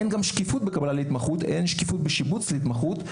אין גם שקיפות בקבלה להתמחות ואין שקיפות בשיבוץ להתמחות.